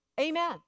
Amen